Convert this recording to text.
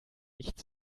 nicht